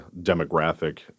demographic